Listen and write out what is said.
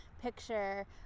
picture